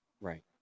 Right